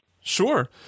Sure